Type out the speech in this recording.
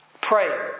Pray